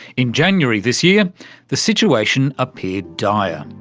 in january this year the situation appeared dire.